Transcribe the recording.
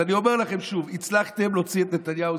אז אני אומר לכם שוב: הצלחתם להוציא את נתניהו,